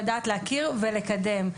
לדעת להכיר ולקדם.